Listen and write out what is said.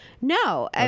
no